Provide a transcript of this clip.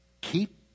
Keep